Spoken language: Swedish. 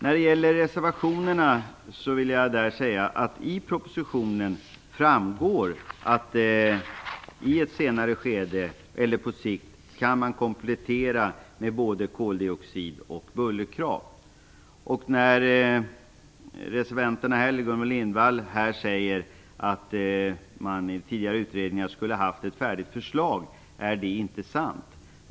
Vad gäller reservationerna vill jag säga att det av propositionen framgår att en komplettering på sikt kan ske med både koldioxid och bullerkrav. Gudrun Lindvall säger att en tidigare utredning skulle ha haft ett färdigt förslag. Det är inte sant.